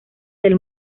del